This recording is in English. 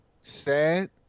sad